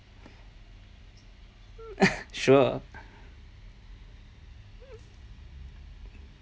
sure